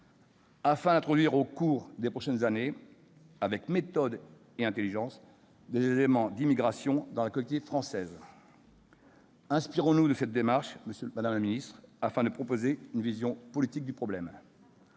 afin d'introduire au cours des prochaines années, avec méthode et intelligence, des éléments d'immigration dans la collectivité française ». Inspirons-nous de cette démarche, madame la ministre, afin de proposer une vision politique du problème.